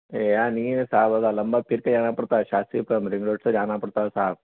یہاں نہیں ہوتا بلا لمبا پھر کے جانا پڑتا ہے شاستری پارک میں رنگ روڈ سے جانا پڑتا ہے صاحب